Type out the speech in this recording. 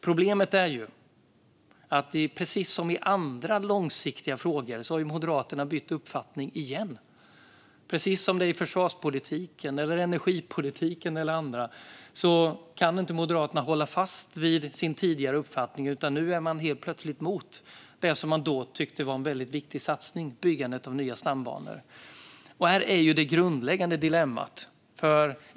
Problemet är att Moderaterna har bytt uppfattning igen, precis som i andra långsiktiga frågor. På samma sätt som i försvarspolitiken, energipolitiken och annat kan Moderaterna inte hålla fast vid den tidigare uppfattningen. Nu är man helt plötsligt emot det som man tidigare tyckte var en väldigt viktig satsning, nämligen byggandet av nya stambanor. Detta är det grundläggande dilemmat.